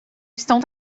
estão